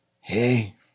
Hey